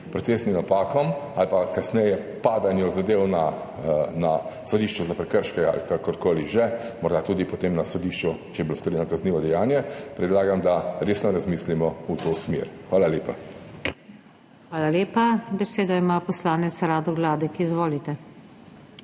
procesnim napakam ali pa kasneje padanju zadev na sodišču za prekrške ali kakorkoli že, morda tudi potem na sodišču, če je bilo storjeno kaznivo dejanje, predlagam, da resno razmislimo v tej smeri. Hvala lepa. **PODPREDSEDNICA NATAŠA SUKIČ:** Hvala lepa. Besedo ima poslanec Rado Gladek. Izvolite.